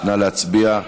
נא להצביע.